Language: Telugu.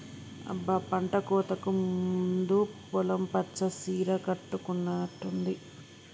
అబ్బ పంటకోతకు ముందు పొలం పచ్చ సీర కట్టుకున్నట్టుంది